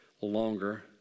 longer